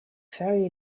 very